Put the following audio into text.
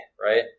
right